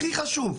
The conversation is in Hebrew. הכי חשוב.